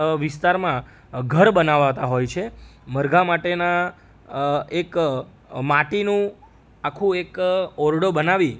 વિસ્તારમાં ઘર બનાવાતા હોય છે મરઘાં માટેના એક માટીનું આખું એક ઓરડો બનાવી